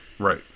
Right